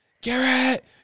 Garrett